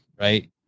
right